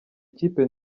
ikipe